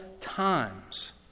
times